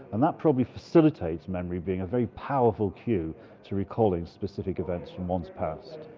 and that probably facilitates memory being a very powerful cue to recalling specific events from one's past.